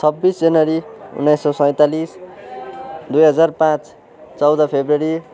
छब्बिस जनवरी उन्नाइस सौ सैँतालिस दुई हजार पाँच चौध फेब्रुअरी